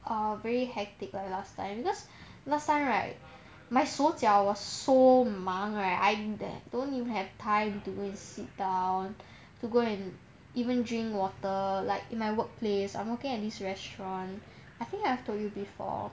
err very hectic like last time because last time right my 手脚 was so 忙 right I don't even have time to go and sit down to go and even drink water like in my workplace I'm working at this restaurant I think have told you before